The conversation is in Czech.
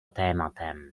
tématem